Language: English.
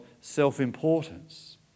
self-importance